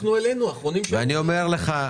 אנחנו האחרונים שהעלינו --- ואני אומר לך,